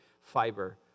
fiber